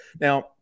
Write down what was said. Now